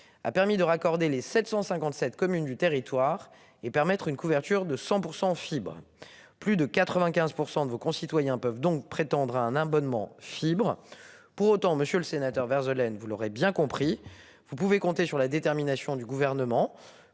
a permis de raccorder les 757 communes du territoire et permettre une couverture de 100% fibre. Plus de 95% de vos concitoyens peuvent donc prétendre à un abonnement fibre. Pour autant, Monsieur le Sénateur Vert de laine, vous l'aurez bien compris, vous pouvez compter sur la détermination du gouvernement